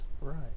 Right